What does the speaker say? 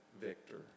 victor